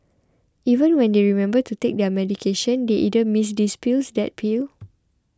even when they remember to take their medication they either miss this pill that pill